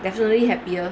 definitely happier